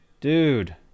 Dude